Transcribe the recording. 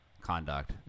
conduct